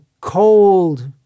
cold